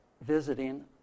visiting